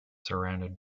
surrounded